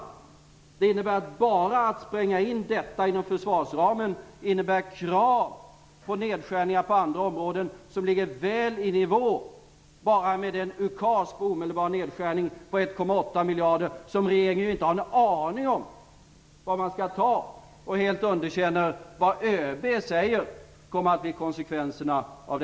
Bara det faktum att detta skall sprängas in inom försvarsramen medför krav på nedskärningar på andra områden som ligger väl i nivå med den ukas om omedelbar nedskärning på 1,8 miljarder. Regeringen har ingen aning om var man skall ta dessa pengar ifrån och underkänner vad ÖB säger. Detta kommer att bli konsekvenserna.